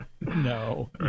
No